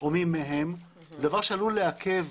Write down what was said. או מי מהן, דבר שעלול לעכב